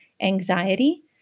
anxiety